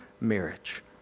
marriage